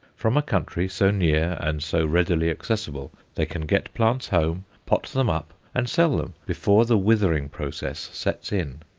from a country so near and so readily accessible they can get plants home, pot them up, and sell them, before the withering process sets in.